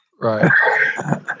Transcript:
Right